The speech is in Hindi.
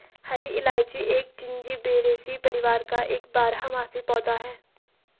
हरी इलायची एक जिंजीबेरेसी परिवार का एक बारहमासी पौधा है